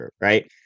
right